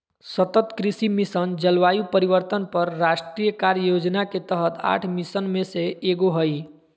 सतत कृषि मिशन, जलवायु परिवर्तन पर राष्ट्रीय कार्य योजना के तहत आठ मिशन में से एगो हइ